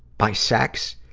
by sex,